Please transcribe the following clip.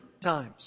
times